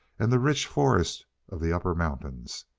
and the rich forest of the upper mountains.